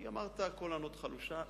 כי אמרת "קול ענות חלושה",